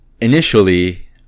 initially